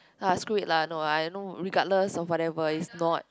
ah screw it lah no I know regardless or whatever it's not